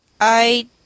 I